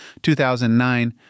2009